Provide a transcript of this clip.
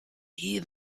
hear